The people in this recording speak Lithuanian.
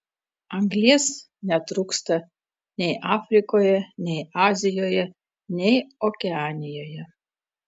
anglies netrūksta nei afrikoje nei azijoje nei okeanijoje